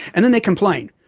and then they complain.